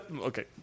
Okay